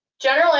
General